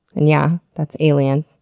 and yeah, that's alien,